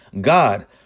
God